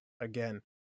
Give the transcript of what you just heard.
again